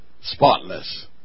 spotless